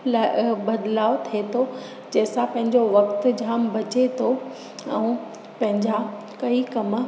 ल बदिलाउ थिए थो जंहिं सां पंहिंजो वक़्तु जाम बचे थो ऐं पंहिंजा कई कमु